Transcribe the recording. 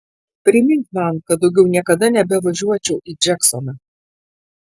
primink man kad daugiau niekada nebevažiuočiau į džeksoną